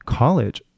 college